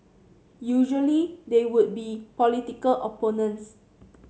usually they would be political opponents